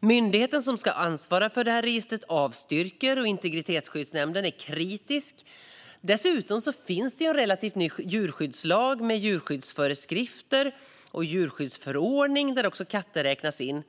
Myndigheten som skulle ansvara för registret avstyrker, och Integritetsskyddsnämnden är kritisk. Dessutom finns en relativt ny djurskyddslag, med djurskyddsföreskrifter och djurskyddsförordning, där också katter räknas in.